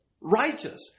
righteous